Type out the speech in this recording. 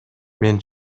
мен